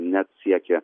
net siekia